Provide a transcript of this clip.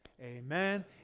amen